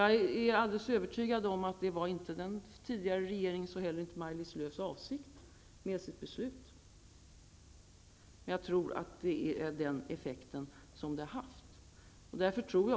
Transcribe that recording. Jag är alldeles övertygad om att det inte var den tidigare regeringens, och inte heller Maj-Lis Lööws, avsikt med beslutet. Men jag tror att det är den effekt som beslutet har haft.